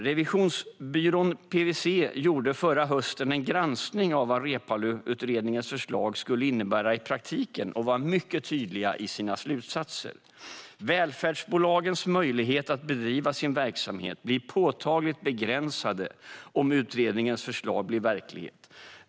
Revisionsbyrån PWC gjorde förra hösten en granskning av vad Reepaluutredningens förslag skulle innebära i praktiken och var mycket tydlig i sina slutsatser: Välfärdsbolagens möjligheter att bedriva sin verksamhet blir påtagligt begränsade om utredningens förslag blir verklighet.